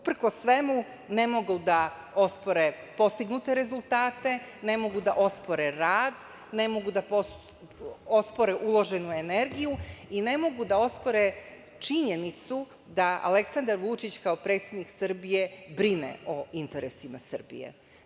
Uprkos svemu, ne mogu da ospore postignute rezultate, ne mogu da ospore rad, ne mogu da ospore uloženu energiju i ne mogu da ospore činjenicu da Aleksandar Vučić, kao predsednik Srbije, brine o interesima Srbije.